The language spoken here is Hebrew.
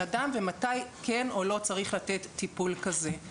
אדם ומתי כן או לא צריך לתת טיפול כזה.